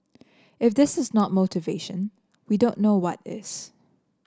if this is not motivation we don't know what is